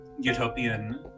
utopian